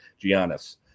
Giannis